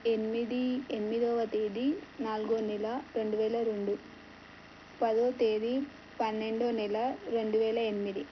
ఎనిమిది ఎనిమిదవ తేదీ నాలుగో నెల రెండువేల రెండు పదో తేదీ పన్నెండవ నెల రెండు వేల ఎనిమిది